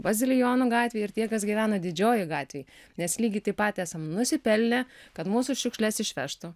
bazilijonų gatvėj ir tie kas gyvena didžiojoj gatvėj mes lygiai taip pat esam nusipelnę kad mūsų šiukšles išvežtų